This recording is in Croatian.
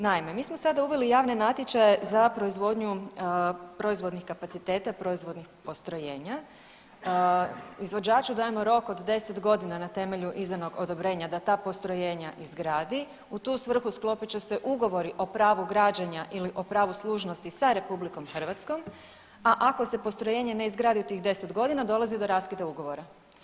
Naime, mi smo sada uveli javne natječaje za proizvodnju proizvodnih kapaciteta, proizvodnih postrojenja, izvođaču dajemo rok od 10.g. na temelju izdanog odobrenja da ta postrojenja izgradi, u tu svrhu sklopit će se ugovori o pravu građenja ili o pravu služnosti sa RH, a ako se postrojenje ne izgradi u tih 10.g. dolazi do raskida ugovora.